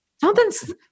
something's